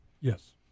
Yes